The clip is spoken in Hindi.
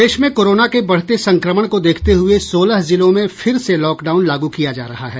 प्रदेश में कोरोना के बढ़ते संक्रमण को देखते हुए सोलह जिलों में फिर से लॉकडाउन लागू किया जा रहा है